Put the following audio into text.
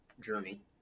journey